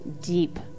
deep